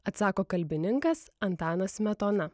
atsako kalbininkas antanas smetona